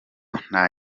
nta